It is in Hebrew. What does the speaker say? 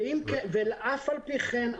ואף על פי כן,